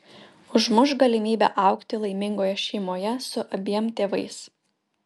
užmuš galimybę augti laimingoje šeimoje su abiem tėvais